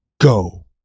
go